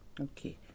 Okay